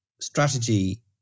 Strategy